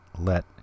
let